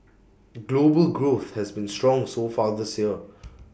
global growth has been strong so far this year